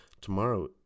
Tomorrow